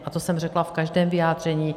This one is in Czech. A to jsem řekla v každém vyjádření.